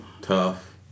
tough